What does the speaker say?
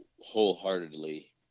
wholeheartedly